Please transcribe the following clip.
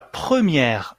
première